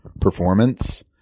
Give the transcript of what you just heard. performance